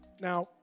Now